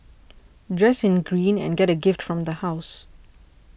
dress in green and get a gift from the house